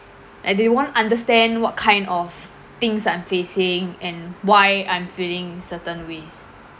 like they won't to understand what kind of things I'm facing and why I'm feeling certain ways